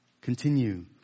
continue